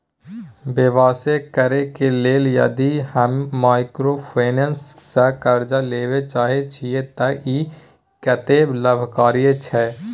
व्यवसाय करे के लेल यदि हम माइक्रोफाइनेंस स कर्ज लेबे चाहे छिये त इ कत्ते लाभकारी छै?